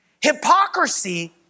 hypocrisy